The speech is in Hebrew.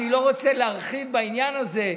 אני לא רוצה להרחיב בעניין הזה,